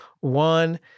One